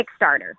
Kickstarter